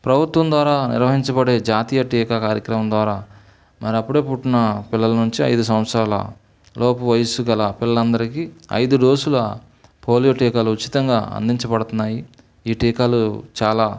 ప్రభుత్వం ద్వారా నిర్వహించబడే జాతీయ టీకా కార్యక్రమం ద్వారా మరి అప్పుడే పుట్టిన పిల్లల నుంచి ఐదు సంవత్సరాల లోపు వయస్సు గల పిల్లలందరికీ ఐదు డోసుల పోలియో టీకాలు ఉచితంగా అందించబడుతున్నాయి ఈ టీకాలు చాలా